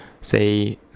say